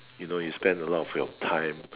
you know you spend a lot of your time